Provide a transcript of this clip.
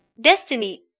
destiny